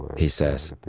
he says,